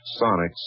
Sonics